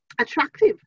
attractive